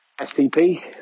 STP